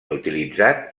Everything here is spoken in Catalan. utilitzat